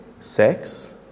sex